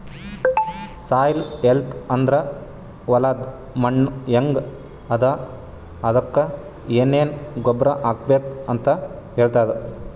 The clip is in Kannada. ಸಾಯಿಲ್ ಹೆಲ್ತ್ ಅಂದ್ರ ಹೊಲದ್ ಮಣ್ಣ್ ಹೆಂಗ್ ಅದಾ ಅದಕ್ಕ್ ಏನೆನ್ ಗೊಬ್ಬರ್ ಹಾಕ್ಬೇಕ್ ಅಂತ್ ಹೇಳ್ತದ್